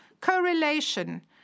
correlation